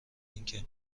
اینکه